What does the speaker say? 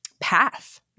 path